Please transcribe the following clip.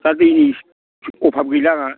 दा दैनि इसे अभाब गैला आंहा